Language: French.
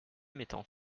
mettant